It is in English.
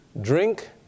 drink